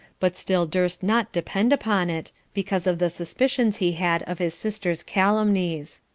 but still durst not depend upon it, because of the suspicions he had of his sister's calumnies.